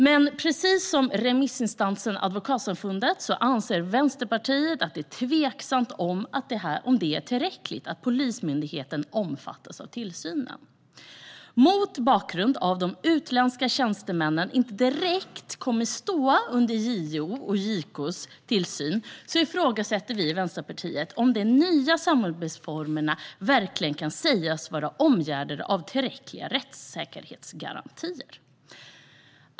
Men precis som remissinstansen Advokatsamfundet anser Vänsterpartiet att det är tveksamt om det är tillräckligt att Polismyndigheten omfattas av tillsynen. Mot bakgrund av att de utländska tjänstemännen inte direkt kommer att stå under JO:s och JK:s tillsyn ifrågasätter vi i Vänsterpartiet om de nya samarbetsformerna verkligen kan sägas vara omgärdade av tillräckliga rättssäkerhetsgarantier.